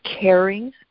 caring